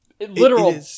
literal